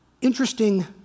interesting